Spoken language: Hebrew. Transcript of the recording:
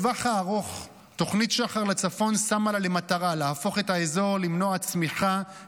בטווח הארוך תוכנית שחר לצפון שמה לה למטרה להפוך את האזור למנוע צמיחה,